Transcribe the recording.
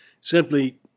Simply